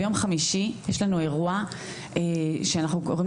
ביום חמישי יש לנו אירוע שאנחנו קוראים